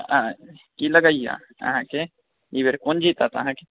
आओर कि लगैए अहाँके ई बेर कोन जीतत अहाँके